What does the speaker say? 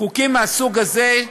חוקים מהסוג הזה,